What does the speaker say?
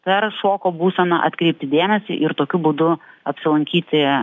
per šoko būseną atkreipti dėmesį ir tokiu būdu apsilankyti